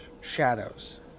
shadows